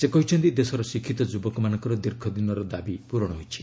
ସେ କହିଛନ୍ତି ଦେଶର ଶିକ୍ଷିତ ଯୁବକମାନଙ୍କର ଦୀର୍ଘ ଦିନର ଦାବି ପୂରଣ ହୋଇଛି